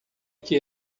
que